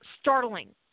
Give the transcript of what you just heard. startling